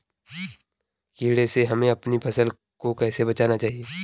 कीड़े से हमें अपनी फसल को कैसे बचाना चाहिए?